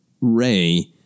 Ray